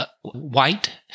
white